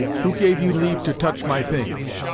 who gave you leave to touch my things?